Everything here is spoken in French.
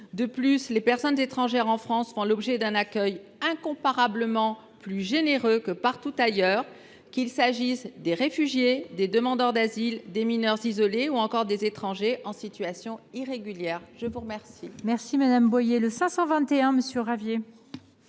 De plus, les personnes étrangères font l’objet d’un accueil incomparablement plus généreux en France que partout ailleurs, qu’il s’agisse des réfugiés, des demandeurs d’asile, des mineurs isolés ou encore des étrangers en situation irrégulière. La parole